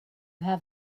have